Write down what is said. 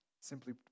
Simply